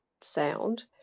sound